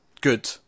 good